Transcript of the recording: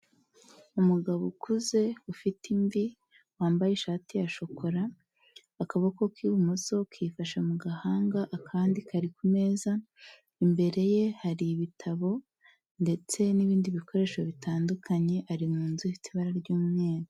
Umugabo ukuze ufite imvi wambaye ishati ya shokora, akaboko k'ibumoso kifashe mu gahanga, akandi kari ku meza, imbere ye hari ibitabo, ndetse n'ibindi bikoresho bitandukanye ,ari mu nzu ifite ibara ry'umweru.